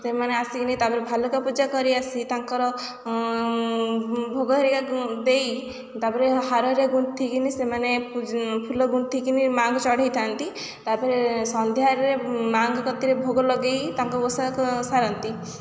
ସେମାନେ ଆସିକିନି ତାପରେ ଭାଲୁକା ପୂଜା କରି ଆସି ତାଙ୍କର ଭୋଗ ହେରିକା ଦେଇ ତା'ପରେ ହାରରେ ଗୁନ୍ଥିକିନି ସେମାନେ ଫୁଲ ଗୁନ୍ଥିକିନି ମାଙ୍କୁ ଚଢ଼ାଇଥାନ୍ତି ତା'ପରେ ସନ୍ଧ୍ୟାରେ ମାଙ୍କ କତିରେ ଭୋଗ ଲଗାଇ ତାଙ୍କ ଓଷା ସାରନ୍ତି